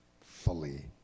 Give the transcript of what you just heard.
fully